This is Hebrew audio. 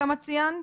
את ציינת,